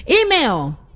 Email